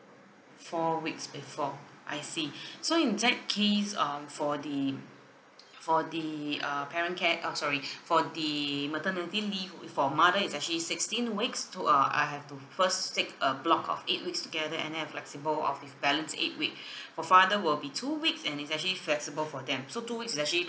four weeks before I see so in that case um for the for the uh parent care uh sorry for the maternity leave with for mother is actually sixteen weeks to~ uh I have to first take a block of eight weeks together and then uh flexible of the balance eight week for father will be two weeks and it's actually flexible for them so two weeks is actually